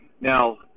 Now